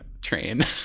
train